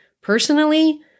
Personally